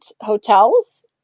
hotels